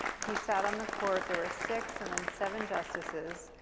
he sat on the court, there were six and then seven justices,